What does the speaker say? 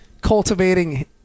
Cultivating